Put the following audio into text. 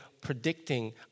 predicting